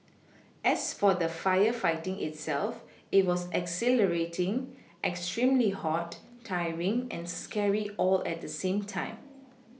as for the firefighting itself it was exhilarating extremely hot tiring and scary all at the same time